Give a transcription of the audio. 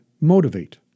motivate